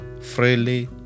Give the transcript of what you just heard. Freely